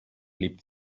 lebt